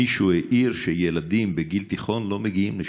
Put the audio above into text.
מישהו העיר שילדים בגיל תיכון לא מגיעים לשם,